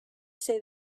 say